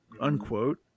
Unquote